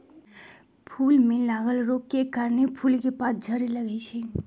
फूल में लागल रोग के कारणे फूल के पात झरे लगैए छइ